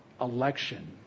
election